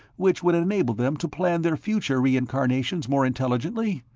which would enable them to plan their future reincarnations more intelligently?